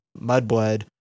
mudblood